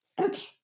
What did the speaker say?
Okay